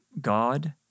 God